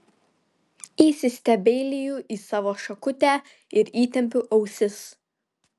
įsistebeiliju į savo šakutę ir įtempiu ausis